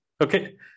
Okay